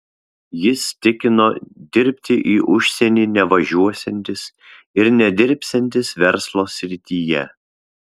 jis tikino dirbti į užsienį nevažiuosiantis ir nedirbsiantis verslo srityje